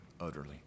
utterly